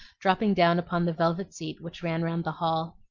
dropping down upon the velvet seat which ran round the hall.